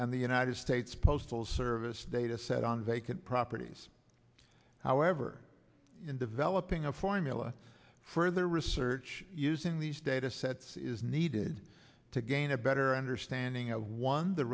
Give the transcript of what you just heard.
and the united states postal service data set on vacant properties however in developing a formula further research using these data sets is needed to gain a better understanding of one the